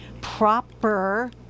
proper